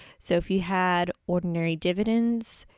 so, if you had ordinary dividends